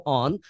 on